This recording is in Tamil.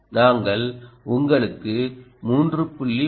நாங்கள் உங்களுக்கு 3